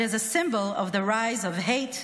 it is a symbol of the rise of hate,